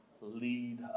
lead